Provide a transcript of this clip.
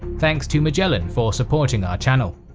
thanks to magellan for supporting our channel!